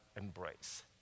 embrace